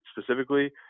specifically